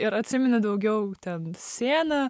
ir atsimeni daugiau ten sieną